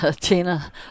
tina